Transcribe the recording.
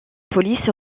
police